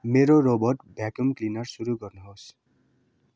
मेरो robot vacuum cleaner सुरु गर्नुहोस्